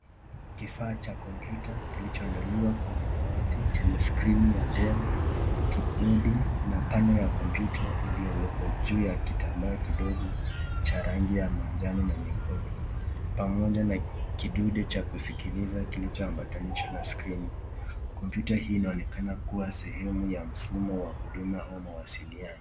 Kifaa cha kompyuta kilichoandaliwa kwenye dawati chenye skrini ya Dell, kibodi na panya ya kompyuta iliyowekwa juu ya kitambaa kidogo cha rangi ya manjano na nyekundu pamoja na kidude cha kusikiliza kilichoambatanishwa na skrini. Kompyuta hii inaonekana kuwa sehemu ya mfumo wa huduma au mawasiliano.